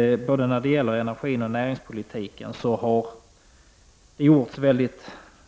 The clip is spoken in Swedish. När det gäller både energioch näringspolitiken har det gjorts mycket